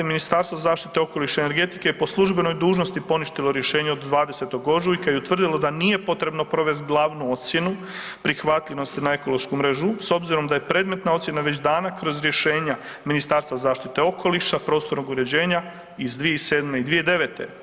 Ministarstvo zaštite okoliša i energetike je po službenoj dužnosti poništilo rješenje od 20. ožujka i utvrdilo da nije potrebno provest glavnu ocjenu prihvatljivosti na ekološku mrežu s obzirom da je predmetna ocjena već dana kroz rješenja Ministarstva zaštite okoliša, prostornog uređenja iz 2007. i 2009.